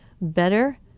better